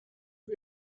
rue